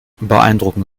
beeindrucken